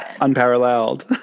unparalleled